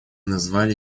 назвали